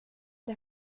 der